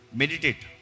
meditate